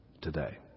today